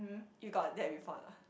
you got that before or not